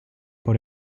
por